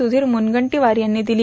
सुधीर मुनगंदीवार यांनी दिली